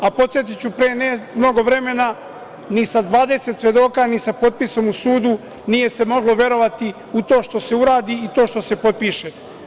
Podsetiću pre ne mnogo vremena, ni sa 20 svedoka, ni sa potpisom u sudu nije se moglo verovati u to što se uradi i u to što se potpiše.